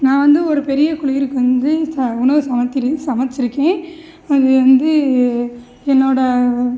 நான் வந்து ஒரு பெரிய குழுவிற்கு வந்து ச உணவு சமைக்கிறேன் சமச்சியிருக்கேன் அது வந்து என்னோட